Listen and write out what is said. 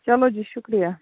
چلو جی شُکریہ